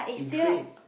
in trays